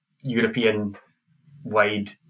European-wide